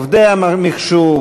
עובדי המחשוב,